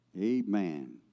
Amen